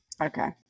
Okay